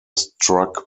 struck